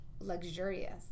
luxurious